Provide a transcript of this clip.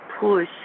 push